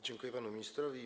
Dziękuję panu ministrowi.